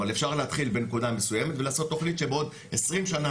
אבל אפשר להתחיל בנקודה מסוימת ולעשות תכנית שבעוד 20 שנה,